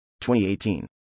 2018